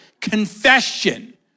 confession